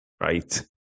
right